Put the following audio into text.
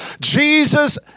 Jesus